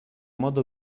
modo